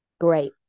Great